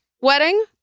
wedding